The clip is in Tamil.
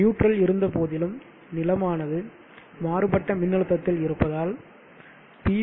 நியூட்ரல் இருந்தபோதிலும் நிலமானது மாறுபட்ட மின் அழுத்தத்தில் இருப்பதால் பி